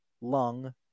Lung